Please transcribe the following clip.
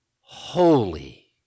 holy